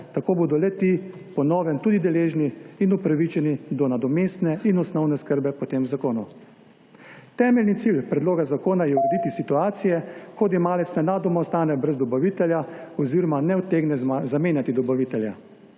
tako bodo le-ti po novem tudi deležni in upravičeni do nadomestne in osnovne oskrbe po tem zakonu. Temeljni cilj predloga zakona je urediti situacije, ko odjemalec nenadoma ostane brez dobavitelja oziroma ne utegne zamenjati dobavitelja.